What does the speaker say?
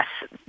Yes